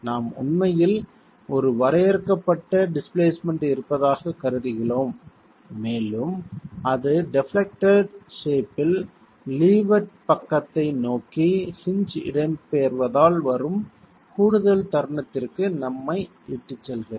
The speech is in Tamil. நாம் உண்மையில் ஒரு வரையறுக்கப்பட்ட டிஸ்பிளேஸ்மென்ட் இருப்பதாகக் கருதுகிறோம் மேலும் அது டெப்லெக்ட்டெட் ஷேப்பில் லீவர்ட் பக்கத்தை நோக்கி ஹின்ஜ் இடம்பெயர்வதால் வரும் கூடுதல் தருணத்திற்கு நம்மை இட்டுச் செல்கிறது